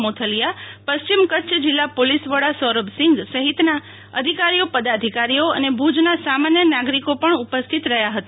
મોથલીયા પશ્ચિમ કચ્છ જીલ્લા પોલીસ વડા સૌરભસિંધ સફિતના અધિકારીઓ પદાધિકારીઓ અને ભુજના સામાન્ય નાગરિકો પણ ઉપસ્થિત રહ્યા હતા